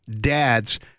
dads